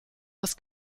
das